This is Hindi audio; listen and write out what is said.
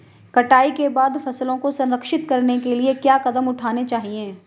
कटाई के बाद फसलों को संरक्षित करने के लिए क्या कदम उठाने चाहिए?